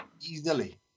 Easily